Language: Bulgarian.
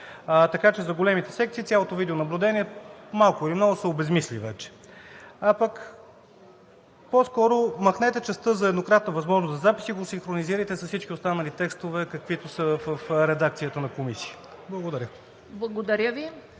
Така че за големите секции цялото видеонаблюдение малко или много се обезсмисли вече. По-скоро махнете частта за еднократна възможност за запис и го синхронизирайте с всички останали текстове, каквито са в редакцията на Комисията. Благодаря.